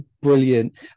brilliant